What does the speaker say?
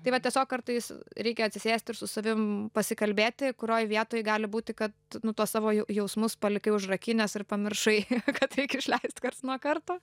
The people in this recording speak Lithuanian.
tai va tiesiog kartais reikia atsisėsti ir su savim pasikalbėti kurioj vietoj gali būti kad nu tuos savo jau jausmus palikai užrakinęs ir pamiršai kad reikia išleist karts nuo karto